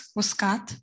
uscat